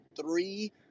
three